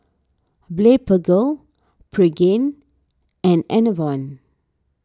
Blephagel Pregain and Enervon